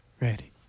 ready